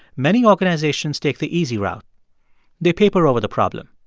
many organizations take the easy route they paper over the problem.